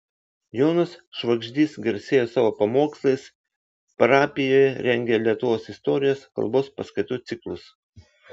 jonas švagždys garsėjo savo pamokslais parapijoje rengė lietuvos istorijos kalbos paskaitų ciklus